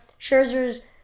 Scherzer's